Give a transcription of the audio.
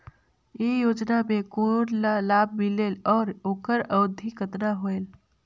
ये योजना मे कोन ला लाभ मिलेल और ओकर अवधी कतना होएल